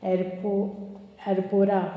एरपो एरपोरा